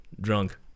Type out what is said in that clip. drunk